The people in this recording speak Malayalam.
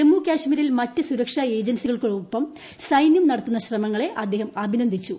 ജമ്മുകാശ്മീരിൽ മറ്റ് സുരക്ഷാ ഏജൻസികൾക്കൊപ്പം സൈന്യം നടത്തുന്ന ശ്രമങ്ങളെ അദ്ദേഹം അഭിനന്ദിച്ചു